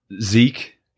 Zeke